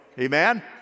Amen